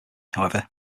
however